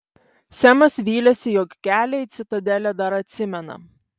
semas vylėsi jog kelią į citadelę dar atsimena